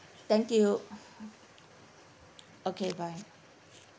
thank you okay bye